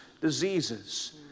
diseases